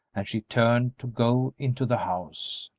and she turned to go into the house.